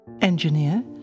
Engineer